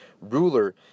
ruler